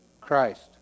Christ